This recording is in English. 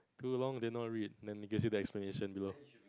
too long did not read let me give you the explanation below